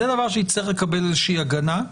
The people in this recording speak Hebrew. זה דבר שיצטרך לקבל איזה הגנה.